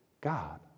God